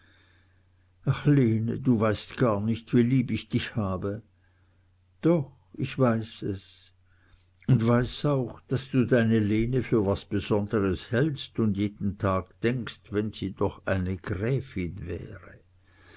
ach lene du weißt gar nicht wie lieb ich dich habe doch ich weiß es und weiß auch daß du deine lene für was besondres hältst und jeden tag denkst wenn sie doch eine gräfin wäre